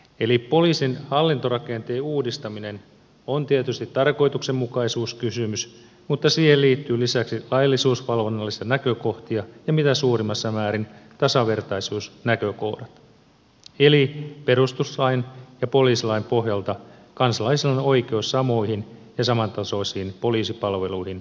eli poliisin hallintorakenteen uudistaminen on tietysti tarkoituksenmukaisuuskysymys mutta siihen liittyy lisäksi laillisuusvalvonnallisia näkökohtia ja mitä suurimmassa määrin tasavertaisuusnäkökohtia eli perustuslain ja poliisilain pohjalta kansalaisilla on oikeus samoihin ja samantasoisiin poliisipalveluihin asuinpaikasta riippumatta